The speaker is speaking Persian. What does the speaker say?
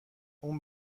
اون